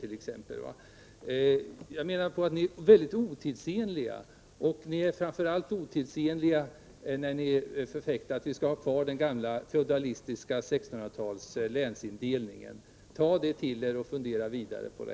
Socialdemokraterna är mycket otidsenliga, och de är framför allt otidsenliga när de förfäktar att vi skall ha kvar den gamla feodala länsindelningen från 1600-talet. Jag vill säga till socialdemokraterna att de skall ta detta till sig och fundera vidare på det.